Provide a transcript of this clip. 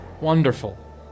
Wonderful